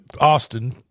Austin